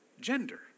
gender